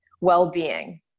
well-being